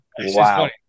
wow